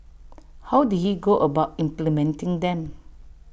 how did he go about implementing them